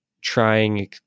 trying